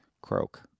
croak